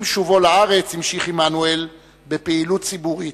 עם שובו לארץ המשיך בפעילות ציבורית.